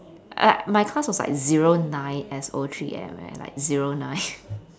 uh my course was like zero nine S O three eh I'm at like zero nine